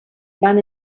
van